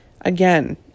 Again